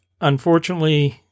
unfortunately